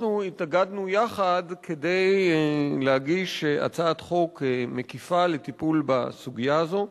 התאגדנו יחד כדי להגיש הצעת חוק מקיפה לטיפול בסוגיה הזו.